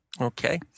Okay